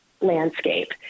landscape